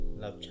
love